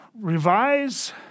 revise